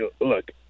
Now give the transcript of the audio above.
look